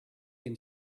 can